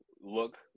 look